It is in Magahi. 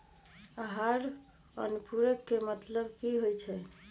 आहार अनुपूरक के मतलब की होइ छई?